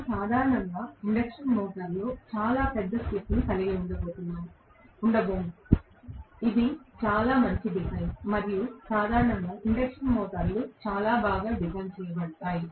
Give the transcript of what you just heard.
మనము సాధారణంగా ఇండక్షన్ మోటారులో చాలా పెద్ద స్లిప్ ను కలిగి ఉండబోము ఇది చాలా మంచి డిజైన్ మరియు సాధారణంగా ఇండక్షన్ మోటార్లు చాలా బాగా డిజైన్ చేయబడతాయి